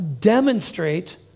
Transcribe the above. demonstrate